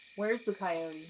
where is the coyote?